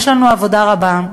יש לנו עבודה רבה.